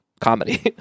comedy